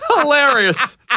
Hilarious